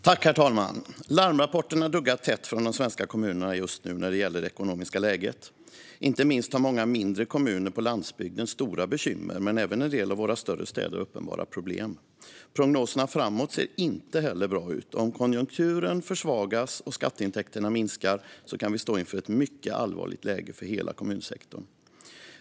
Herr talman! Larmrapporterna duggar tätt från de svenska kommunerna just nu när det gäller det ekonomiska läget. Inte minst har många mindre kommuner på landsbygden stora bekymmer, men även en del av våra större städer har uppenbara problem. Prognoserna framåt ser inte heller bra ut. Om konjunkturen försvagas och skatteintäkterna minskar kan vi stå inför ett mycket allvarligt läge för hela kommunsektorn.